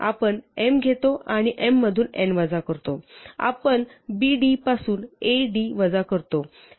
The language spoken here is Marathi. आपण m घेतो आणि m मधून n वजा करतो आपण b d पासून a d वजा करतो